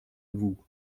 vous